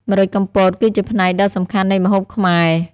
ម្រេចកំពតគឺជាផ្នែកដ៏សំខាន់នៃម្ហូបខ្មែរ។